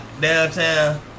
downtown